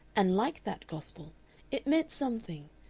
and like that gospel it meant something,